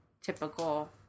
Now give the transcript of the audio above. typical